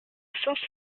sens